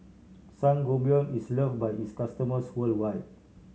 sangobion is loved by its customers worldwide